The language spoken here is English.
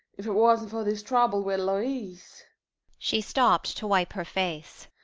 if it wasn't for this trouble with louise she stopped to wipe her face.